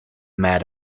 mad